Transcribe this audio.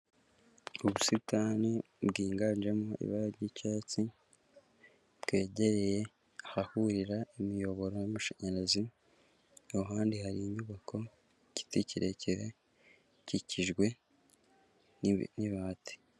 Ubusitani bwiganjemo ibara ry'cyatsi, bwegereye ahahurira imiyoboro y'amashanyarazi, i ruhande hari inyubako, igiti kirekire gikijwe n'ibati.